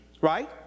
right